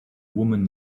woman